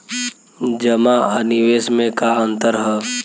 जमा आ निवेश में का अंतर ह?